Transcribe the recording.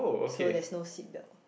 so there's no seat belt